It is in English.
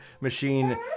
machine